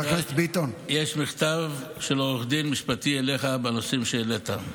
יש מכתב משפטי של עורך דין אליך בנושא שהעלית.